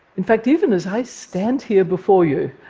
in fact, even as i stand here before you,